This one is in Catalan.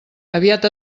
aviat